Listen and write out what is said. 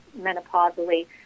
menopausally